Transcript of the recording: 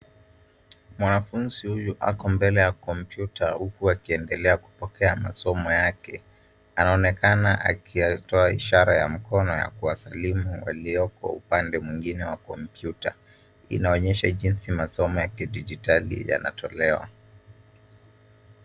Mwanafunzi huyu ako mbele ya kompyuta huku akiendelea kupokea masomo yake. Anaonekana akiyatoa ishara ya mkono ya kuwasilimu waliopo upande mwingine wa kompyuta. Inaonyesha jinsi masomo ya kidijitali yanatolewa.